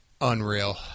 unreal